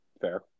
fair